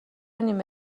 نیمه